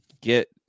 get